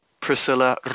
Priscilla